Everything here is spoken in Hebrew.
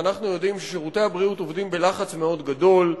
ואנחנו יודעים ששירותי הבריאות עובדים בלחץ מאוד גדול.